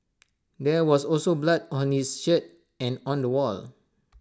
there was also blood on his shirt and on the wall